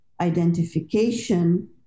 identification